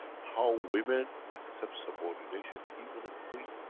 how women accept subordination, even a queen.